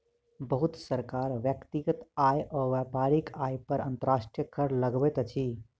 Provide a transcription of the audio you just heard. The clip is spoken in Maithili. बहुत सरकार व्यक्तिगत आय आ व्यापारिक आय पर अंतर्राष्ट्रीय कर लगबैत अछि